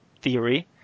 theory